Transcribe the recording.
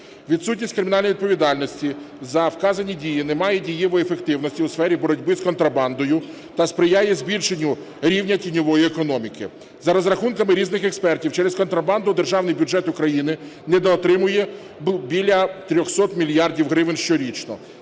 Відсутність кримінальної відповідальності за вказані дії не має дієвої ефективності у сфері боротьби з контрабандою та сприяє збільшенню рівня тіньової економіки. За розрахунками різних експертів через контрабанду державний бюджет України недоотримає біля 300 мільярдів гривень щорічно.